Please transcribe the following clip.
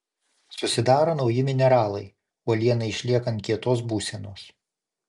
susidaro nauji mineralai uolienai išliekant kietos būsenos